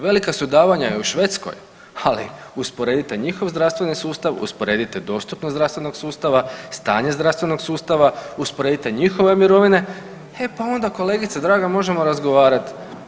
Velika su davanja i u Švedskoj, ali usporedite njihov zdravstveni sustav, usporedite dostupnost zdravstvenog sustava, stanje zdravstvenog sustava, usporedite njihove mirovine e pa onda kolegice draga možemo razgovarat.